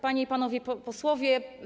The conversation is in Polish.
Panie i Panowie Posłowie!